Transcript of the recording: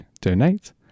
donate